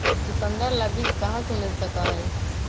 चुकंदर ला बीज कहाँ से मिल सका हई?